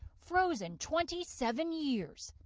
frozen twenty seven years.